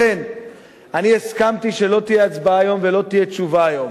לכן אני הסכמתי שלא תהיה הצבעה היום ולא תהיה תשובה היום.